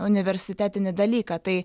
universitetinį dalyką tai